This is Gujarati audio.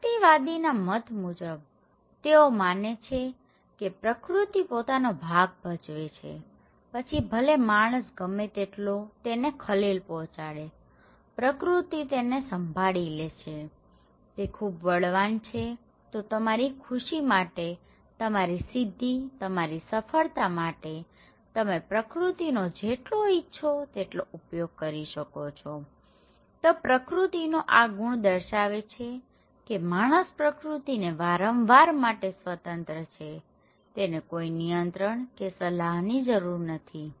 વ્યક્તિવાદીના મત મુજબ તેઓ માને છે કે પ્રકૃતિ પોતાનો ભાગ ભજવે છે પછી ભલે માણસ ગમે તેટલો તેને ખલેલ પહોંચાડે પ્રકૃતિ તેને સંભાળી લે છેતે ખૂબ બળવાન છેતો તમારી ખુશી માટેતમારી સિદ્ધિ તમારી સફળતા માટે તમે પ્રકૃતિનો જેટલો ઈચ્છો તેટલો ઉપયોગ કરી શકોતો પ્રકૃતિનો આ ગુણ દર્શાવે છે કે માણસ પ્રકૃતિને વાપરવા માટે સ્વતંત્ર છે તેને કોઈ નિયત્રણ કે સહકારની જરૂર નથી